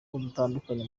dutandukanye